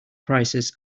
prices